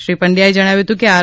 શ્રી પંડ્યા એ જણાવ્યું હતું કે આર